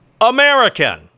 American